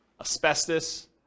asbestos